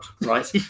Right